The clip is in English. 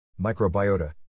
Microbiota